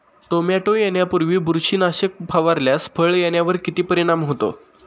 Tomato येण्यापूर्वी बुरशीनाशक फवारल्यास फळ येण्यावर किती परिणाम होतो?